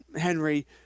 Henry